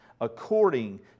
according